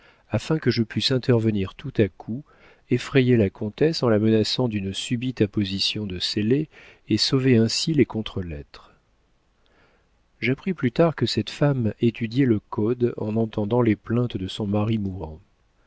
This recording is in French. afin que je pusse intervenir tout à coup effrayer la comtesse en la menaçant d'une subite apposition de scellés et sauver ainsi les contre lettres j'appris plus tard que cette femme étudiait le code en entendant les plaintes de son mari mourant